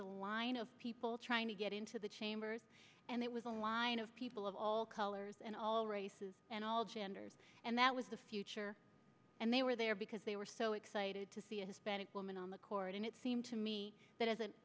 a line of people trying to get into the chambers and it was a line of people of all colors and all races and all genders and that was the future and they were there because they were so excited to see a hispanic woman on the court and it seemed to me that